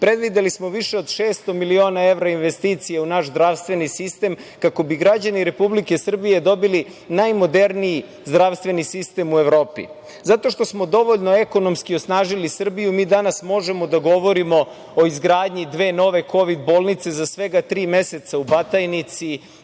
Predvideli smo više od 600 miliona evra investicija u naš zdravstveni sistem kako bi građani Republike Srbije dobili najmoderniji zdravstveni sistem u Evropi. Zato što smo dovoljno ekonomski osnažili Srbiju, mi danas možemo da govorimo o izgradnji dve nove kovid bolnice za svega tri meseca u Batajnici